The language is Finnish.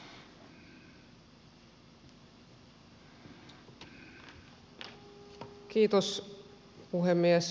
kiitos puhemies